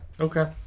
Okay